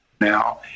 now